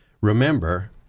Remember